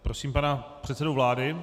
Prosím pana předsedu vlády.